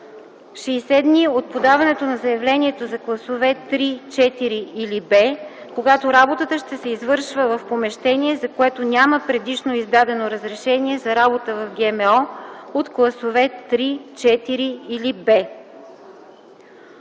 60 дни от подаване на заявлението за класове 3, 4 или Б, когато работата ще се извършва в помещение, за което няма предишно издадено разрешение за работа с ГМО от класове 3, 4 или Б.”